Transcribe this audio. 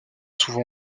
souvent